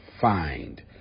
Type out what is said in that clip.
find